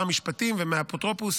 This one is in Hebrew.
משר המשפטים ומהאפוטרופוס,